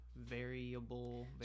variable